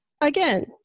again